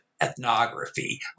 ethnography